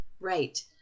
Right